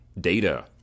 data